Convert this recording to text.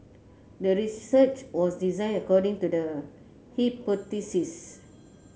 the research was designed according to the hypothesis